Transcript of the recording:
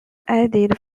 added